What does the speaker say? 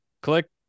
click